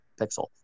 pixel